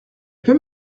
peux